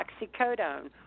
Oxycodone